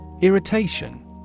Irritation